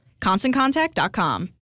ConstantContact.com